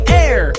air